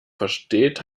versteht